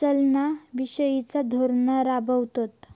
चलना विषयिचा धोरण राबवतत